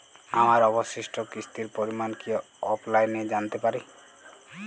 আমার অবশিষ্ট কিস্তির পরিমাণ কি অফলাইনে জানতে পারি?